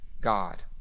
God